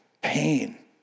pain